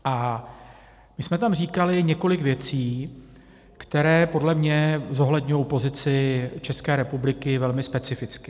My jsme tam říkali několik věcí, které podle mě zohledňují pozici České republiky velmi specificky.